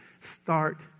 start